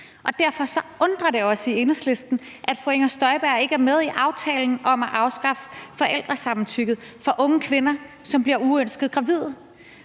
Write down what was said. Derfor undrer det os i Enhedslisten, at fru Inger Støjberg ikke er med i aftalen om at afskaffe forældresamtykket for unge kvinder, som bliver uønsket gravide.